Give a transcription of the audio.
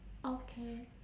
okay